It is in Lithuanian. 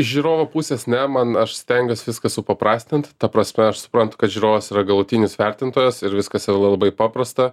žiūrovo pusės ne man aš stengiuos viską supaprastint ta prasme aš suprantu kad žiūrovas yra galutinis vertintojas ir viskas yra labai paprasta